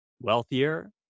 wealthier